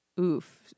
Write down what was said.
Oof